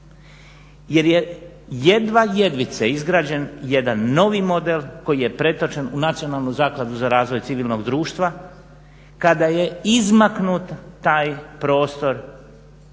jer je jedva jedvice izgrađen jedan novi model koji je pretočen u Nacionalnu zakladu za razvoj civilnog društva kada je izmaknut taj prostor tzv.